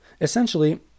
Essentially